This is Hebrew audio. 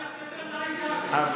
אבל